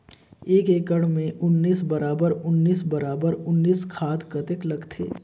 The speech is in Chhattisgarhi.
एक एकड़ मे उन्नीस बराबर उन्नीस बराबर उन्नीस खाद कतेक लगथे?